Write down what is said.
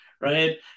Right